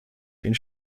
ihren